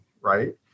right